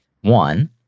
one